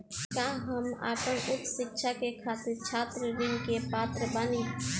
का हम आपन उच्च शिक्षा के खातिर छात्र ऋण के पात्र बानी?